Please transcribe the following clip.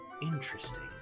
Interesting